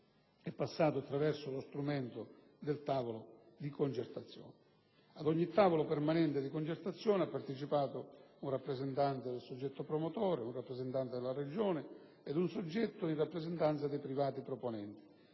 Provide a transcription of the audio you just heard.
è passato attraverso lo strumento del tavolo-di concertazione. Ad ogni tavolo permanente di concertazione ha partecipato un rappresentante del soggetto promotore, un rappresentante della Regione ed un soggetto in rappresentanza dei privati proponenti;